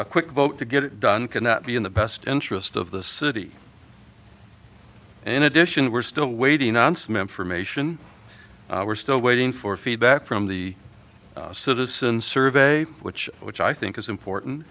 a quick vote to get it done cannot be in the best interest of the city in addition we're still waiting on some information we're still waiting for feedback from the citizens survey which which i think is important